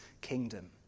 kingdom